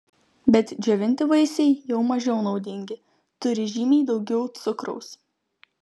bet džiovinti vaisiai jau mažiau naudingi turi žymiai daugiau cukraus